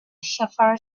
shepherd